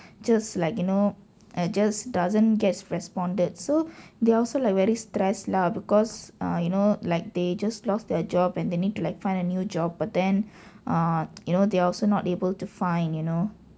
just like you know I just doesn't gets responded so they also like very stressed lah because ah you know like they just lost their job and they need to like find a new job but then ah you know they also not able to find you know